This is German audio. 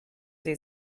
sie